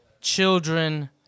children